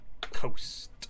coast